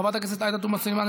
חברת הכנסת עאידה תומא סולימאן,